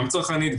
גם צרכנית,